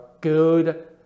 good